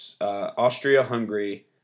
Austria-Hungary